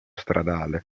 stradale